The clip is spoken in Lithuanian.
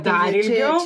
dar ilgiau